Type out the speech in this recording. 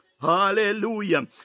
hallelujah